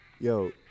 Yo –